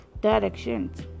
directions